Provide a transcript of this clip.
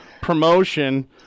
promotion